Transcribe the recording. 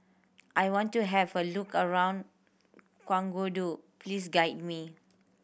I want to have a look around Ouagadougou please guide me